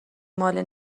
ماله